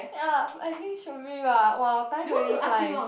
ya I think should be bah !wow! time really flies